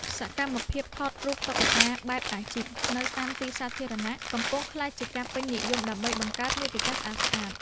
សកម្មភាពថតរូបតុក្កតាបែបអាជីពនៅតាមទីសាធារណៈ កំពុងក្លាយជាការពេញនិយមដើម្បីបង្កើតមាតិកាស្អាតៗ។